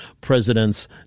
President's